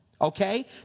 okay